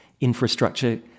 infrastructure